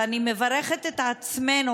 ואני מברכת את עצמנו,